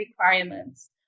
requirements